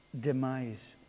demise